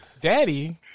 Daddy